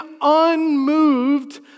unmoved